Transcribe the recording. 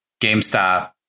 GameStop